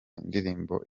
indirimbo